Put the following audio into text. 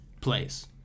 place